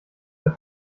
der